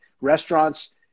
restaurants